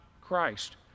Christ